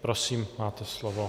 Prosím, máte slovo.